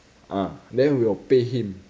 ah then we will pay him